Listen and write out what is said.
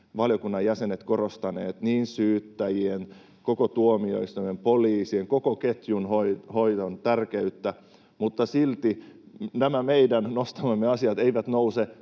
valiokunnan jäsenet ovat korostaneet syyttäjien, tuomioistuimien, poliisien, koko ketjun hoidon tärkeyttä, mutta silti nämä meidän nostamamme asiat eivät nouse